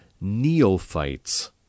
neophytes